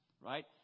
Right